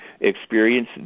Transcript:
experience